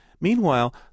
Meanwhile